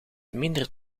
minder